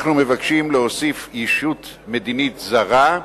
אנחנו מבקשים להוסיף ישות מדינית זרה,